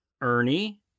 Ernie